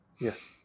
Yes